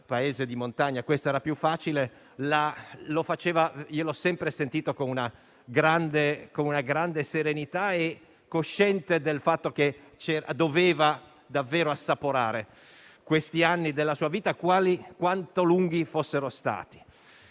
un paese di montagna, era più facile. L'ho sempre sentito con una grande serenità e cosciente del fatto che doveva davvero assaporare questi anni della sua vita, per quanto lunghi fossero stati.